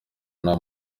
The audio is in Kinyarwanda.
nta